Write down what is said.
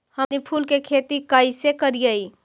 हमनी फूल के खेती काएसे करियय?